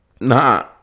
Nah